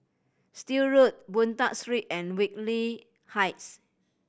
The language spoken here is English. Still Road Boon Tat Street and Whitley Heights